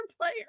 player